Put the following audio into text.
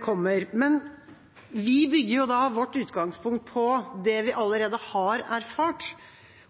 kommer. Men vi bygger vårt utgangspunkt på det vi allerede har erfart,